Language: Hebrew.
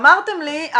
אמרתם לי,